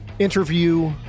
interview